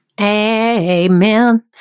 Amen